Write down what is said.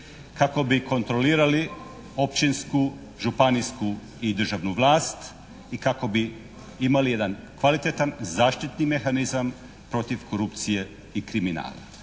kako bi kontrolirali općinsku, županijsku i državnu vlast i kako bi imali jedan kvalitetan zaštitni mehanizam protiv korupcije i kriminala.